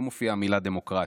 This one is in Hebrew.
לא מופיעה המילה "דמוקרטיה",